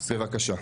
בבקשה.